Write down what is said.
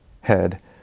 head